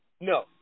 No